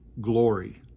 glory